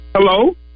Hello